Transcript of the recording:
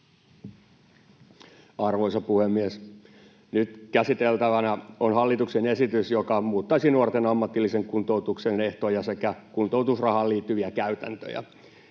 Arvoisa puhemies! Nyt käsiteltävänä on hallituksen esitys, joka muuttaisi nuorten ammatillisen kuntoutuksen ehtoja sekä kuntoutusrahaan liittyviä käytäntöjä.